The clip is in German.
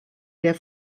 der